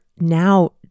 now